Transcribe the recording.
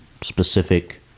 specific